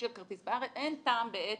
נשאיר כרטיס אין טעם בעצם,